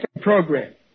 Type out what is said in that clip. program